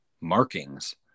markings